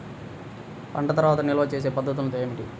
పంట తర్వాత నిల్వ చేసే పద్ధతులు ఏమిటి?